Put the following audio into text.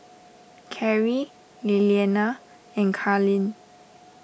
Carri Lilliana and Karlee